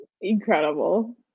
incredible